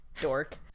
Dork